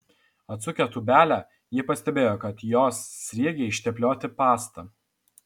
atsukę tūbelę jie pastebėjo kad jos sriegiai išteplioti pasta